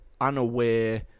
unaware